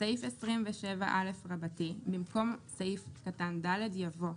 בסעיף 27א במקום סעיף קטן (ד) יבוא: